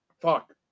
fuck